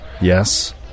yes